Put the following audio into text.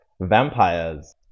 vampires